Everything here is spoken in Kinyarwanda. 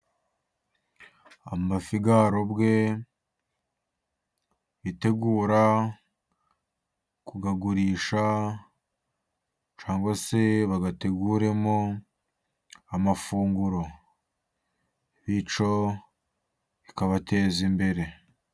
Amafi yarobwe bitegura kuyagurisha, cyangwa se bayateguremo amafunguro, bityo bikabateza imbere.